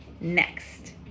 next